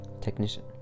Technician